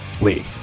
League